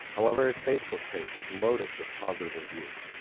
however his facebook page is loaded with positive reviews.